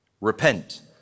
Repent